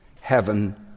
heaven